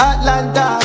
Atlanta